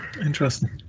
Interesting